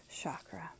chakra